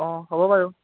অঁ হ'ব বাৰু